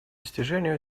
достижению